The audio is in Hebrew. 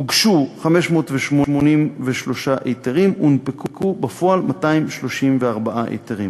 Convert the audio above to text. הוגשו 583 היתרים והונפקו בפועל 234 היתרים.